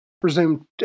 presumed